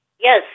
Yes